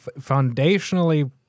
foundationally –